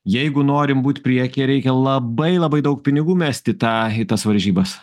jeigu norim būt priekyje reikia labai labai daug pinigų mest į tą į tas varžybas